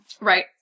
right